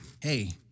hey